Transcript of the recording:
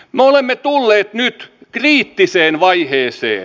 me olemme tulleet nyt kriittiseen vaiheeseen